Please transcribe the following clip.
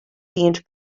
deemed